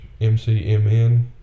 MCMN